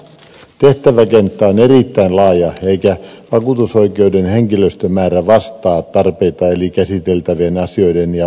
tehtäväkenttä on erittäin laaja eikä vakuutusoikeuden henkilöstömäärä vastaa tarpeita eli käsiteltävien asioiden ja valitusten määrää